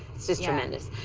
it's just tremendous.